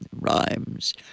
rhymes